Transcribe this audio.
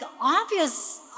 obvious